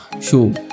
show